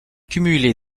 cumulé